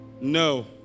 No